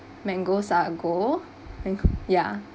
mango sago ya